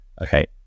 okay